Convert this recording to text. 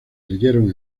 leyeron